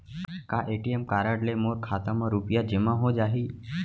का ATM card ले मोर खाता म रुपिया जेमा हो जाही?